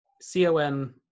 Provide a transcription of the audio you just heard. C-O-N